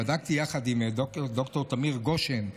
בדקתי עם ד"ר תמיר גושן,